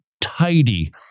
tidy